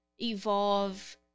evolve